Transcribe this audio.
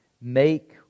Make